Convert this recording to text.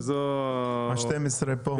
ומספר 12 נמצאת כאן.